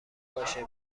باشه